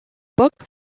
book